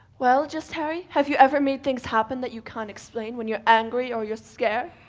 well just harry, have you ever made things happen that you can't explain when you're angry or you're scared?